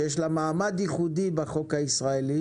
שיש לה מעמד ייחודי בחוק הישראלי,